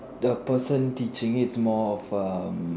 the person teaching is more of um